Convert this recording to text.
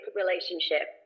relationship